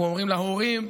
אנחנו אומרים להורים,